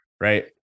right